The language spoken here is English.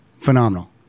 phenomenal